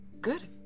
Good